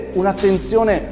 un'attenzione